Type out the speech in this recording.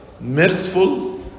Merciful